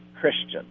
Christian